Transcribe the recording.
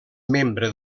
membre